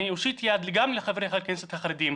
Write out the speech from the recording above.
אני אושיט יד גם לחברי הכנסת החרדים,